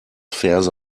verse